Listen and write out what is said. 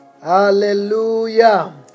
Hallelujah